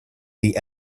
the